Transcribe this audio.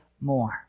more